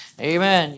amen